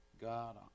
God